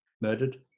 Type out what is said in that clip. murdered